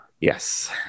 Yes